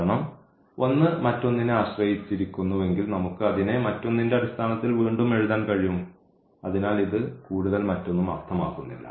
കാരണം ഒന്ന് മറ്റൊന്നിനെ ആശ്രയിച്ചിരിക്കുന്നുവെങ്കിൽ നമുക്ക് അതിനെ മറ്റൊന്നിന്റെ അടിസ്ഥാനത്തിൽ വീണ്ടും എഴുതാൻ കഴിയും അതിനാൽ ഇത് കൂടുതൽ മറ്റൊന്നും അർത്ഥമാക്കുന്നില്ല